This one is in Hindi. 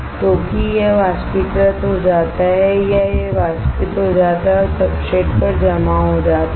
तो यह वाष्पीकृत हो जाता है या यह वाष्पित हो जाता है और सब्सट्रेट पर जमा हो जाता है